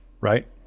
Right